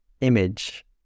image